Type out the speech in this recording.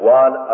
one